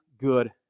good